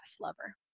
lover